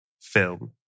film